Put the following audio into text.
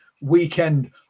weekend